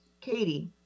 Katie